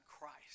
Christ